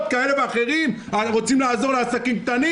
כאלה ואחרות רוצים לעזור לעסקים קטנים.